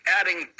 adding